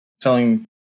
telling